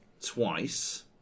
twice